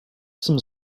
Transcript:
some